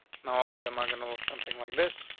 now all of them are gonna look something like this.